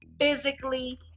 physically